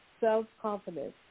self-confidence